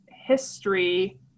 history